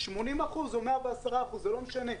80% או 110% - זה לא משנה.